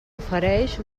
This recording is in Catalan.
ofereix